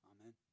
Amen